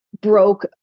broke